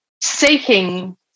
seeking